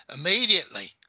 immediately